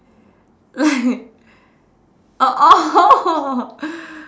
like oh oh